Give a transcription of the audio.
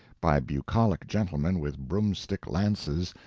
by bucolic gentlemen with broomstick lances,